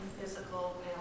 physical